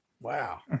Wow